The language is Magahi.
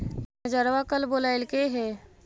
मैनेजरवा कल बोलैलके है?